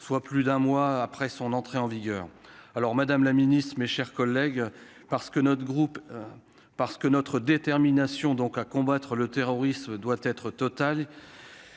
soit plus d'un mois après son entrée en vigueur, alors Madame la Ministre, mes chers collègues, parce que notre groupe parce que notre détermination donc à combattre le terrorisme doit être totale,